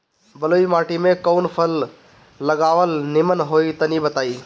बलुई माटी में कउन फल लगावल निमन होई तनि बताई?